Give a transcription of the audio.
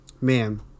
Man